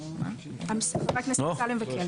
ח"כ אמסלם וקלנר.